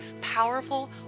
powerful